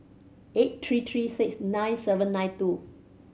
eight three three six nine seven nine two